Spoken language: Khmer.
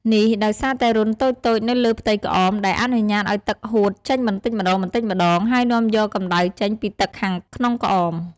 នេះដោយសារតែរន្ធតូចៗនៅលើផ្ទៃក្អម ដែលអនុញ្ញាតឱ្យទឹកហួតចេញបន្តិចម្ដងៗ ហើយនាំយកកម្ដៅចេញពីទឹកខាងក្នុងក្អម។